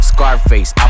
Scarface